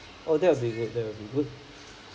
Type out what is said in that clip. oh that will be good that will be good